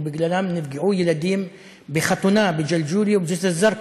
ובגללן נפגעו ילדים בחתונה בג'לג'וליה ובג'סר א-זרקא.